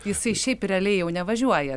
jisai šiaip realiai jau nevažiuoja